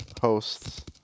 hosts